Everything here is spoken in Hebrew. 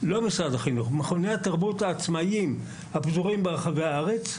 העצמאיים לא משרד החינוך הפזורים ברחבי הארץ.